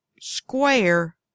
square